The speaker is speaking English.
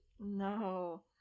No